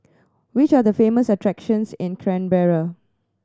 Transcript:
which are the famous attractions in Canberra